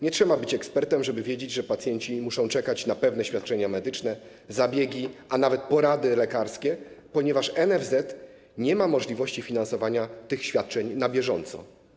Nie trzeba być ekspertem, żeby wiedzieć, że pacjenci muszą czekać na pewne świadczenie medyczne, zabiegi, a nawet porady lekarskie, ponieważ NFZ nie ma możliwości finansowania tych świadczeń na bieżąco.